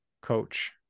coach